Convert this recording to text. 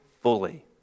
fully